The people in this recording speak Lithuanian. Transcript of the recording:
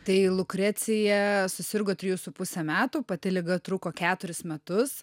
tai lukrecija susirgo trijų su puse metų pati liga truko keturis metus